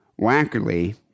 Wackerly